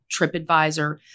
TripAdvisor